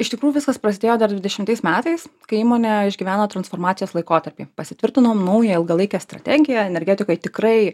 iš tikrųjų viskas prasidėjo dar dvidešimtais metais kai įmonė išgyveno transformacijos laikotarpį pasitvirtinom naują ilgalaikę strategiją energetikoj tikrai